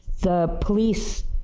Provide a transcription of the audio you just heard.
the police